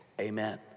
Amen